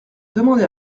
demander